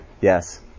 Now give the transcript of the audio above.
Yes